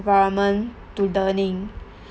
environment to learning